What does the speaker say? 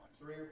three